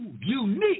unique